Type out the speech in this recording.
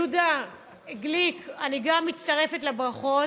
יהודה גליק, גם אני מצטרפת לברכות.